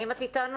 האם את איתנו,